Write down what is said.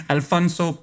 Alfonso